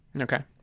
okay